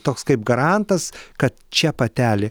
toks kaip garantas kad čia patelė